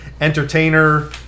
entertainer